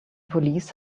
police